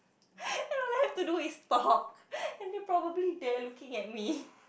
all I have to do is talk and they're probably there looking at me